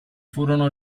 furono